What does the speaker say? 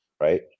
Right